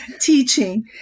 teaching